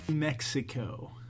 Mexico